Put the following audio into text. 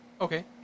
Okay